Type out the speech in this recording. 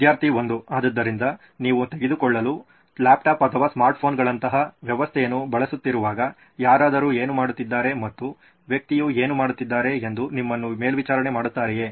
ವಿದ್ಯಾರ್ಥಿ 1 ಆದ್ದರಿಂದ ನೀವು ತೆಗೆದುಕೊಳ್ಳಲು ಲ್ಯಾಪ್ಟಾಪ್ ಅಥವಾ ಸ್ಮಾರ್ಟ್ ಫೋನ್ನಂತಹ ವ್ಯವಸ್ಥೆಯನ್ನು ಬಳಸುತ್ತಿರುವಾಗ ಯಾರಾದರೂ ಏನು ಮಾಡುತ್ತಿದ್ದಾರೆ ಮತ್ತು ವ್ಯಕ್ತಿಯು ಏನು ಮಾಡುತ್ತಿದ್ದಾರೆ ಎಂದು ನಿಮ್ಮನ್ನು ಮೇಲ್ವಿಚಾರಣೆ ಮಾಡುತ್ತಾರೆಯೇ